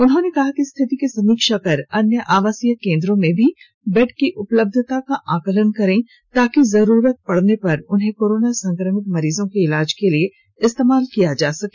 उन्होंने कहा कि स्थिति की समीक्षा कर अन्य आवासीय केंद्रों में भी बेड की उपलब्धता का आकलन करें ताकि जरूरत पडने पर उन्हें कोरोना संक्रमित मरीजों के इलाज के लिए इस्तेमाल किया जा सके